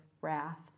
wrath